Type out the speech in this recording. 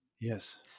Yes